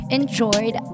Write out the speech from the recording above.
enjoyed